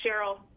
cheryl